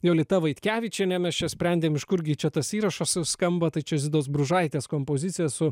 jolita vaitkevičienė mes čia sprendėm iš kurgi čia tas įrašas skamba tai čia zitos bružaitės kompozicija su